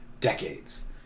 decades